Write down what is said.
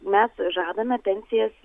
mes žadame pensijas